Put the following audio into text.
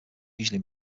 usually